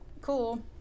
cool